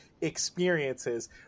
experiences